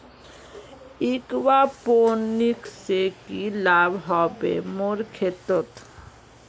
aquaponics से की लाभ ह बे मोर खेतोंत